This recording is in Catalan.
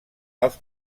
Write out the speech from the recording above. els